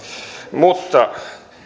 mutta